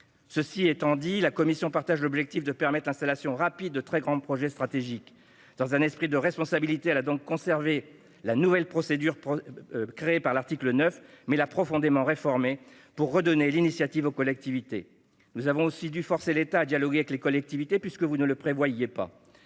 Cela étant dit, la commission partage l'objectif de permettre l'installation rapide de très grands projets stratégiques. Dans un esprit de responsabilité, elle a donc conservé la nouvelle procédure créée à l'article 9, mais elle l'a profondément réformée, pour redonner l'initiative aux collectivités. Nous avons ainsi dû forcer l'État à dialoguer avec les collectivités, puisque vous ne le prévoyiez pas.